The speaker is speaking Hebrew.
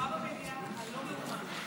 מהומה במליאה על לא מאומה.